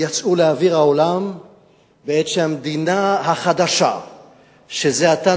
יצאו לאוויר העולם בעת שהמדינה החדשה שזה עתה